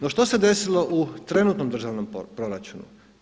No što se desilo u trenutnom državnom proračunu?